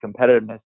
competitiveness